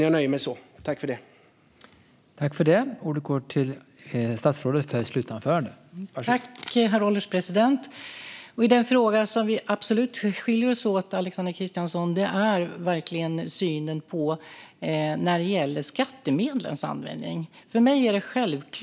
Jag nöjer mig med detta.